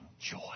joy